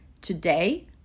today